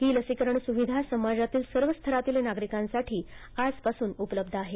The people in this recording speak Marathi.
ही लसीकरण सुविधा समाजातील सर्व स्तरातील नागरिकांसाठी आजपासून उपलब्ध आहे